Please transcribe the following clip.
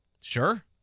sure